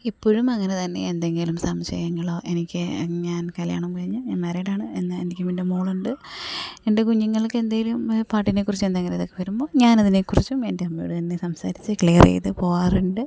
ഇപ്പോഴും അങ്ങനെ തന്നെ എന്തെങ്കിലും സംശയങ്ങളോ എനിക്ക് ഞാൻ കല്യാണം കഴിഞ്ഞ് ഞാൻ മാരീഡാണ് എന്നാൽ എനിക്ക് എൻ്റെ മോളുണ്ട് എൻ്റെ കുഞ്ഞുങ്ങൾക്കെന്തെങ്കിലും പാട്ടിനേക്കുറിച്ചെന്തെങ്കിലുമിതൊക്കെ വരുമ്പോൾ ഞാനതിനേക്കുറിച്ചും എൻ്റമ്മയോടു തന്നെ സംസാരിച്ച് ക്ലിയർ ചെയ്തു പോകാറുണ്ട്